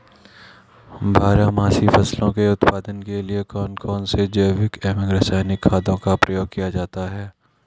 बारहमासी फसलों के उत्पादन के लिए कौन कौन से जैविक एवं रासायनिक खादों का प्रयोग किया जाता है?